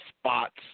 spots